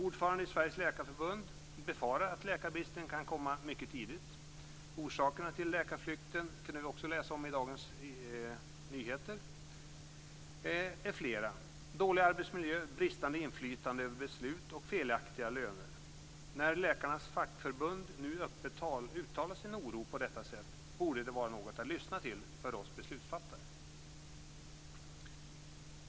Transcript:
Ordföranden i Sveriges Läkarförbund befarar att läkarbristen kan komma mycket tidigt. Orsakerna till läkarflykten är flera - det kunde vi läsa om i Dagens Nyheter. Det är dålig arbetsmiljö, bristande inflytande över beslut och felaktiga löner. När läkarnas fackförbund nu öppet uttalar sin oro på detta sätt borde det vara något att lyssna till för oss beslutsfattare.